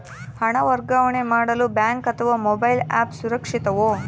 ಹಣ ವರ್ಗಾವಣೆ ಮಾಡಲು ಬ್ಯಾಂಕ್ ಅಥವಾ ಮೋಬೈಲ್ ಆ್ಯಪ್ ಸುರಕ್ಷಿತವೋ?